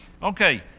Okay